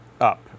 up